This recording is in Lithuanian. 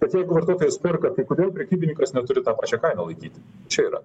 tad jeigu vartotojas perka tai kodėl prekybininkas neturi tą pačią kainą laikyti čia yra